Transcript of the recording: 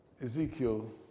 Ezekiel